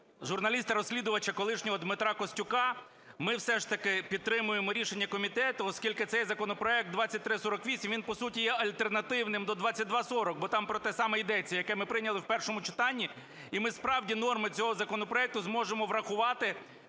журналіста-розслідувача колишнього Дмитра Костюка, ми все ж таки підтримуємо рішення комітету, оскільки цей законопроект, 2348, він по суті є альтернативним до 2240, бо там про те саме йдеться, яке ми прийняли в першому читанні. І ми, справді, норми цього законопроекту зможемо врахувати,